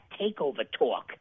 TakeOverTalk